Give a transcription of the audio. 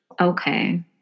Okay